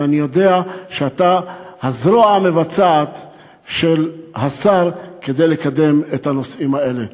אני יודע שאתה הזרוע המבצעת של השר כדי לקדם את הנושאים האלה.